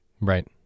Right